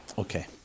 Okay